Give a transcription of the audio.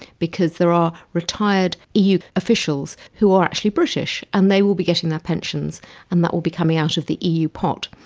because there are retired eu officials who are actually british and they will be getting their pensions and that will be coming out of the eu pot.